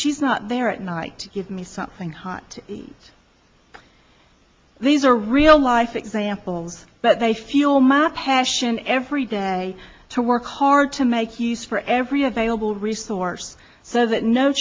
she's not there at night give me something hot these are real life examples but they feel my passion every day to work hard to make use for every available resource so that no